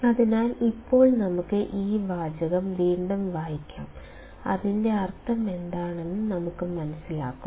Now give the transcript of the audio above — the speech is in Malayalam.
അതിനാൽ ഇപ്പോൾ നമുക്ക് ഈ വാചകം വീണ്ടും വായിക്കാം അതിന്റെ അർത്ഥമെന്താണെന്ന് നമുക്ക് മനസ്സിലാകും